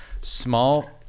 small